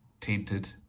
tainted